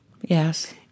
Yes